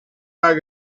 got